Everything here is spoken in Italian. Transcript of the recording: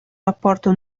rapporto